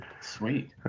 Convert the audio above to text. Sweet